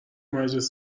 مجلس